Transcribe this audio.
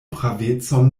pravecon